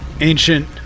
ancient